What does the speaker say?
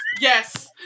yes